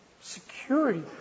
security